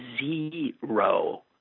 zero